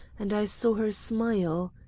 and i saw her smile.